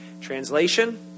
Translation